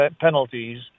penalties